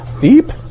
Deep